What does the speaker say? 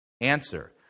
Answer